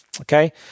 Okay